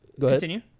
Continue